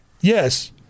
Yes